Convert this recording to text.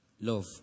Love